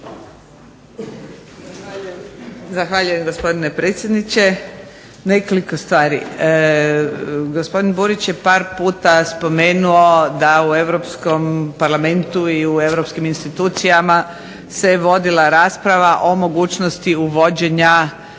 Zahvaljujem gospodine predsjedniče. Nekoliko stvari. Gospodin Burić je par puta spomenuo da u Europskom parlamentu i u europskim institucijama se vodila rasprava o mogućnosti uvođenja